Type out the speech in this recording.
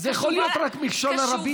אבל זה יכול להיות רק מכשול לרבים.